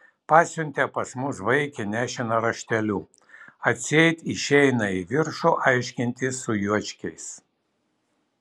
pasiuntė pas mus vaikį nešiną rašteliu atseit išeina į viršų aiškintis su juočkiais